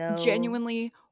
genuinely